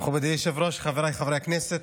מכובדי היושב-ראש, חבריי חברי הכנסת,